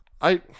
I-